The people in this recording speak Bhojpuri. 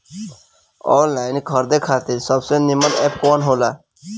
आनलाइन खरीदे खातिर सबसे नीमन एप कवन हो ला?